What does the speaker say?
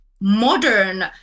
modern